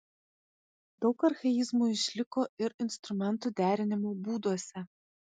daug archaizmų išliko ir instrumentų derinimo būduose